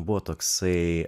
buvo toksai